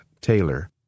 Taylor